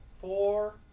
four